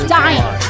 dying